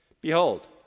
Behold